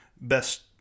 best